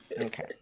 Okay